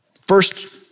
First